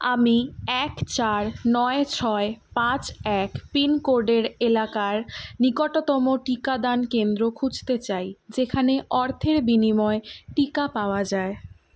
আমি এক চার নয় ছয় পাঁচ এক পিনকোডের এলাকার নিকটতম টিকাদান কেন্দ্র খুঁজতে চাই যেখানে অর্থের বিনিময়ে টিকা পাওয়া যায়